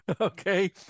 Okay